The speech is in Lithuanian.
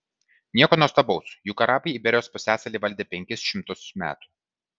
nieko nuostabaus juk arabai iberijos pusiasalį valdė penkis šimtus metų